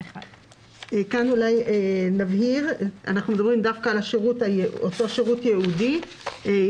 (1); (3) מספק למסגרת רישיון או אישור לפי דין לשירות הייעודי שאותו